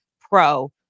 pro